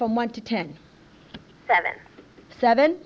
from one to ten seven seven